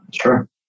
Sure